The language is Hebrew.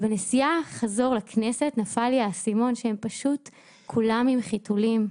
בנסיעה חזור לכנסת נפל לי האסימון שכולם עם חיתולים,